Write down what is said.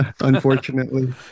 unfortunately